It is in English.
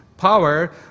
Power